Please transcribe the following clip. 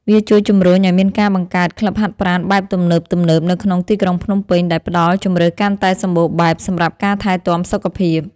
វាជួយជំរុញឱ្យមានការបង្កើតក្លឹបហាត់ប្រាណបែបទំនើបៗនៅក្នុងទីក្រុងភ្នំពេញ ដែលផ្ដល់ជម្រើសកាន់តែសម្បូរបែបសម្រាប់ការថែទាំសុខភាព។